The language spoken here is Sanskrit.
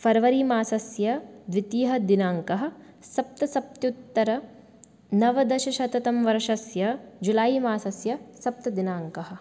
फ़र्वरी मासस्य द्वितीयः दिनाङ्कः सप्तसप्तत्युत्तर नवदशशततम वर्षस्य जुलै मासस्य सप्त दिनाङ्कः